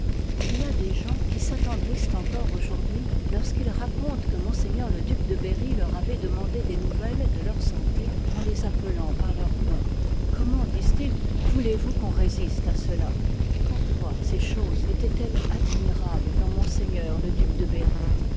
il y a des gens qui s'attendrissent encore aujourd'hui lorsqu'ils racontent que m le duc de berry leur avoit demandé des nouvelles de leur santé en les appelant par leurs noms comment disent-ils voulez vous qu'on résiste à cela pourquoi cei n part choses étoient elles admirables dans m le liv i duc de berry